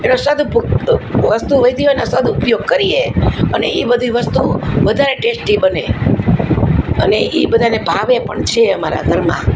એનો સદુપયોગ વસ્તુ વધી એનો સદુપયોગ કરીએ અને એ બધી વસ્તુ વધારે ટેસ્ટી બને અને એ બધાને ભાવે પણ છે અમારા ઘરમાં